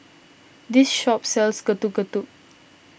this shop sells Getuk Getuk